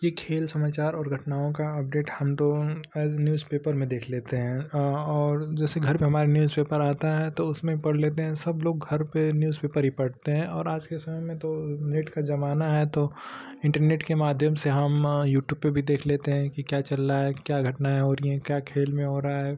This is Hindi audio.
ये खेल समाचार और घटनाओं का अपडेट हम तो आज न्यूज़पेपर में देख लेते हैं और जैसे घर पे हमारे न्यूज़पेपर आता है तो उसमें भी पढ़ लेते हैं सब लोग घर पे न्यूज़पेपर ही पढ़ते हैं और आज के समय में तो नेट का जमाना है तो इंटरनेट के माध्यम से हम यूटूब पर भी देख लेते हैं कि क्या चल रहा है क्या घटनाएँ हो रही हैं क्या खेल में हो रहा है